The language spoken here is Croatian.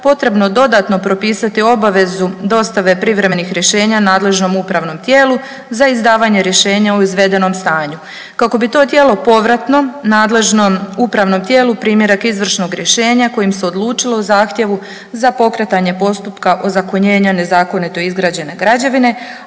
potrebno dodatno propisati obavezu dostave privremenih rješenja nadležnom upravnom tijelu za izdavanje rješenja o izvedenom stanju. Kako bi to tijelo povratno nadležnom upravnom tijelu primjerak izvršnog rješenja kojim se odlučilo o zahtjevu za pokretanje postupka ozakonjenja nezakonito izgrađene građevine,